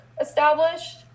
established